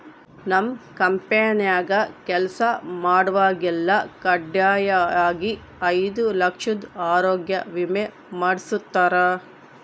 ನಮ್ ಕಂಪೆನ್ಯಾಗ ಕೆಲ್ಸ ಮಾಡ್ವಾಗೆಲ್ಲ ಖಡ್ಡಾಯಾಗಿ ಐದು ಲಕ್ಷುದ್ ಆರೋಗ್ಯ ವಿಮೆ ಮಾಡುಸ್ತಾರ